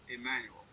Emmanuel